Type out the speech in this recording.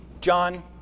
John